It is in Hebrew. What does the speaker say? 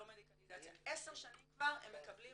לא מדיקליזציה 10 שנים כבר הם מקבלים